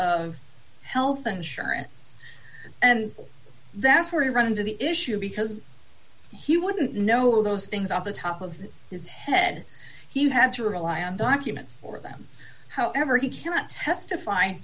of health insurance and that's where you run into the issue because he wouldn't know all those things off the top of his head he would have to rely on documents for them however he cannot testify